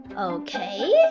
Okay